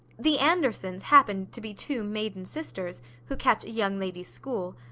the andersons happened to be two maiden sisters, who kept a young ladies' school.